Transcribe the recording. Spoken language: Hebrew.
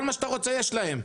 כל מה שאתה רוצה יש להם.